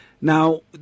now